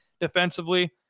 defensively